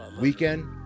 Weekend